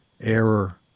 error